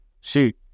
shoot